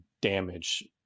damage